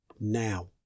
now